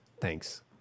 Thanks